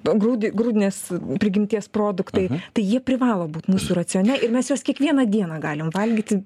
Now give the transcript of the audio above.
nugrūdi grūdinės prigimties produktai tai jie privalo būt mūsų racione ir mes juos kiekvieną dieną galim valgyti